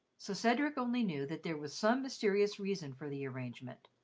so cedric only knew that there was some mysterious reason for the arrangement,